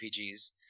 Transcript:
RPGs